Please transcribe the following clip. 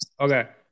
Okay